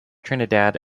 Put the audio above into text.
trinidad